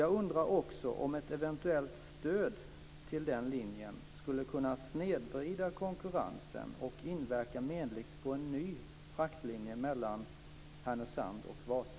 Jag undrar också om ett eventuellt stöd till den linjen skulle kunna snedvrida konkurrensen och inverka menligt på en ny fraktlinje mellan Härnösand och Vasa.